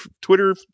Twitter